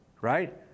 right